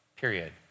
period